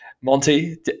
monty